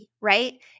right